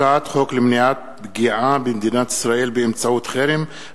הצעת חוק למניעת פגיעה במדינת ישראל באמצעות חרם,